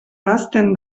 ahazten